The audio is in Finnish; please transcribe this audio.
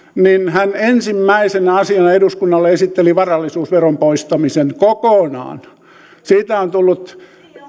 hän ensimmäisenä asiana eduskunnalle esitteli varallisuusveron poistamisen kokonaan siitä on tullut